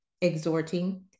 exhorting